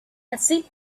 así